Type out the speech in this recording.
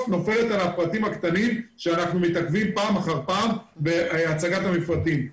נופלת על הפרטים הקטנים שאנחנו מתעכבים פעם אחר פעם בהצעת המפרטים.